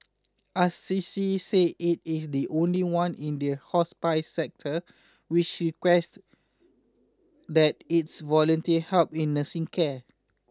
Assisi says it is the only one in the hospice sector which requests that its volunteer help in nursing care